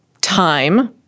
time